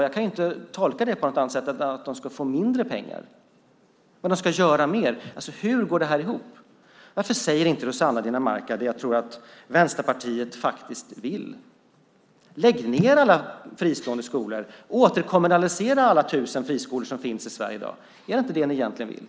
Jag kan inte tolka det på något annat sätt än att de ska få mindre pengar men göra mer. Hur går det här ihop? Varför säger inte Rossana Dinamarca det som jag tror att Vänsterpartiet faktiskt vill? Lägg ned alla fristående skolor! Återkommunalisera alla tusen friskolor som finns i Sverige i dag! Är det inte det ni egentligen vill?